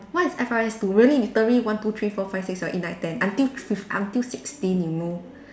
what is F_R_S two really literally one two three four five six seven eight nine ten until fif~ until sixteen you know